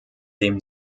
dem